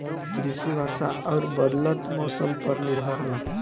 कृषि वर्षा आउर बदलत मौसम पर निर्भर बा